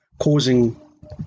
causing